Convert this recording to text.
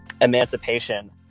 Emancipation